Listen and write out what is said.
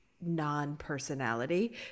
non-personality